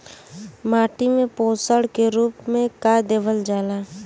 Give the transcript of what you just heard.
माटी में पोषण के रूप में का देवल जाला?